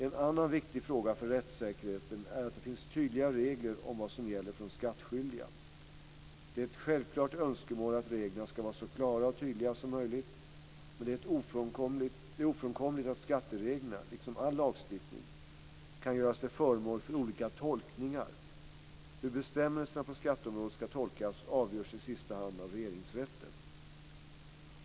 En annan viktig fråga för rättssäkerheten är att det finns tydliga regler om vad som gäller för de skattskyldiga. Det är ett självklart önskemål att reglerna ska vara så klara och tydliga som möjligt, men det är ofrånkomligt att skattereglerna - liksom all lagstiftning - kan göras till föremål för olika tolkningar. Hur bestämmelserna på skatteområdet ska tolkas avgörs i sista hand av Regeringsrätten.